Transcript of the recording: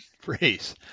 phrase